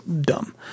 Dumb